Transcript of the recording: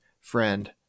friend